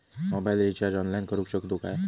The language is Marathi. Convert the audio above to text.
मोबाईल रिचार्ज ऑनलाइन करुक शकतू काय?